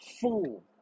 fool